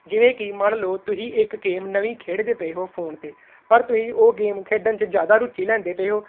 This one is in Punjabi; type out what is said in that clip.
ਜਿਵੇਂ ਕਿ ਮੰਨ ਲੋ ਤੁਸੀਂ ਇੱਕ ਗੇਮ ਨਵੀਂ ਖੇਡਦੇ ਪਏ ਹੋ ਫੋਨ 'ਤੇ ਪਰ ਤੁਸੀਂ ਉਹ ਗੇਮ ਖੇਡਣ 'ਚ ਜ਼ਿਆਦਾ ਰੁਚੀ ਲੈਂਦੇ ਪਏ ਹੋ